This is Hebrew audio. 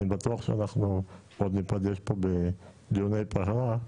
אני בטוח שאנחנו עוד נפגש פה בדיוני פגרה,